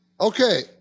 Okay